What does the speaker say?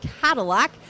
Cadillac